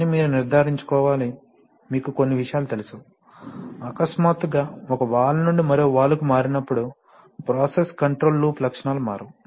కానీ మీరు నిర్ధారించుకోవాలి మీకు కొన్ని విషయాలు తెలుసు అకస్మాత్తుగా ఒక వాల్వ్ నుండి మరొక వాల్వ్కు మారినప్పుడు ప్రాసెస్ కంట్రోల్ లూప్ లక్షణాలు మారవు